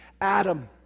Adam